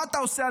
מה אתה עושה,